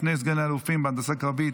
שני סגני אלופים בהנדסה קרבית,